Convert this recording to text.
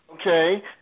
okay